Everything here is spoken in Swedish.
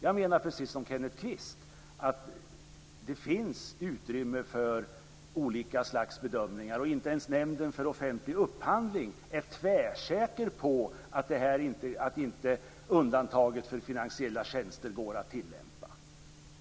Jag menar precis som Kenneth Kvist att det finns utrymme för olika slags bedömningar. Inte ens Nämnden för offentlig upphandling är tvärsäker på att undantaget för finansiella tjänster inte går att tillämpa.